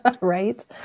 Right